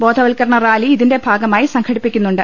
ബോധവൽക്കരണ റാലി ഇതിന്റെ ഭാഗമായി സംഘടിപ്പിക്കു ന്നുണ്ട്